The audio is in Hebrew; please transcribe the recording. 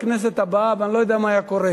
בכנסת הבאה, ואני לא יודע מה היה קורה.